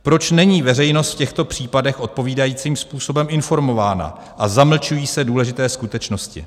Proč není veřejnost v těchto případech odpovídajícím způsobem informována a zamlčují se důležité skutečnosti?